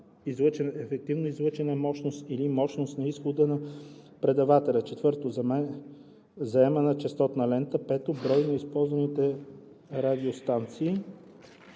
ефективно излъчена мощност или мощност на изхода на предавателя; 4. заемана честотна лента; 5. брой на използваните радиостанции;